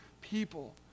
people